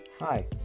Hi